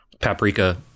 paprika